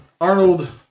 Arnold